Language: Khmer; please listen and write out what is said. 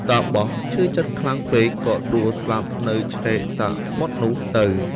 តាបសឈឺចិត្តខ្លាំង ពេក ក៏ដួលស្លាប់នៅឆ្នេរសមុទ្រនោះទៅ ។